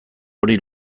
hori